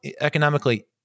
economically